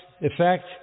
effect